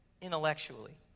intellectually